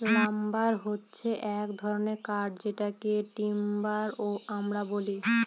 lumber হছে এক ধরনের কাঠ যেটাকে টিম্বার ও আমরা বলি